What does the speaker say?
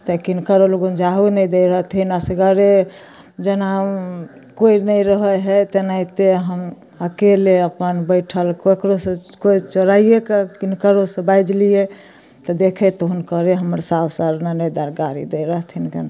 तऽ ककरो लगन जाहू नहि दै रहथिन असगरे जेना कोइ नहि रहय हइ तेनाहिते हम अकेले अपन बैठल ककरोसँ कोइ चोराइएके किनकोसँ बाजि लियै तऽ देखय तऽ हुनकर हमर सासु आओर ननदि अर गारि दै रहथिन